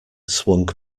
swung